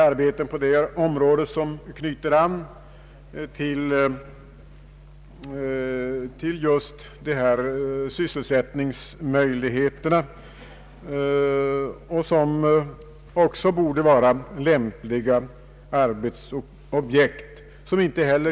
Arbeten inom det området kan ge sysselsättningsmöjligheter och borde vara lämpliga objekt för beredskapsarbete.